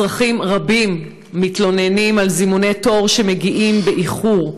אזרחים רבים מתלוננים על זימוני תור שמגיעים באיחור,